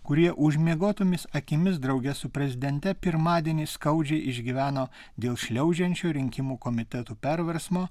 kurie užmiegotomis akimis drauge su prezidente pirmadienį skaudžiai išgyveno dėl šliaužiančių rinkimų komitetų perversmo